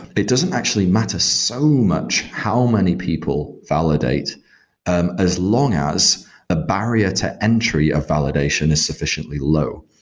it doesn't actually matter so much how many people validate um as long as a barrier to entry of validation is sufficiently low.